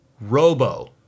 robo